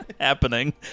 happening